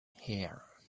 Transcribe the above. here